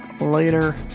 Later